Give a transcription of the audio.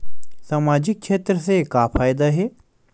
सामजिक क्षेत्र से का फ़ायदा हे?